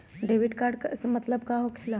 Debit card के का मतलब होकेला?